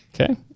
Okay